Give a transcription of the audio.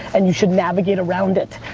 and you should navigate around it.